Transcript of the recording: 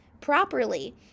properly